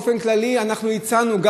באופן כללי אנחנו הצענו,